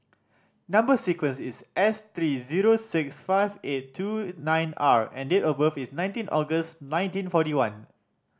number sequence is S three zero six five eight two nine R and date of birth is nineteen August nineteen forty one